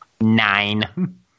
Nine